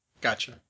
Gotcha